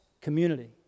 community